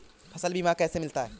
फसल बीमा कैसे मिलता है?